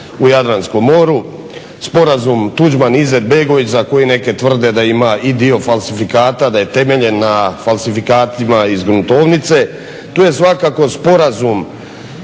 u Jadranskom moru, sporazum Tuđman – Izetbegović za koje neki tvrde da ima i dio falsifikata, da je temeljen na falsifikatima iz gruntovnice. Tu je svakako Sporazum